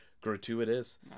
gratuitous